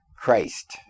Christ